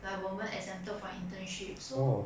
like 我们 exempted for internship so